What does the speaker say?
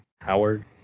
Howard